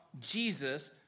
Jesus